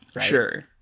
sure